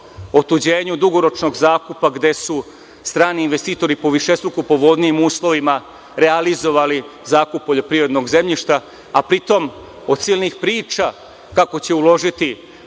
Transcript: otuđenju dugoročnog zakupa, gde su strani investitori po višestruko povoljnijim uslovima realizovali zakup poljoprivrednog zemljišta, a pritom od silnih priča kako će uložiti